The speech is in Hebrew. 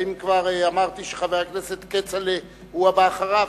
האם כבר אמרתי שחבר הכנסת כצל'ה הוא הבא אחריה?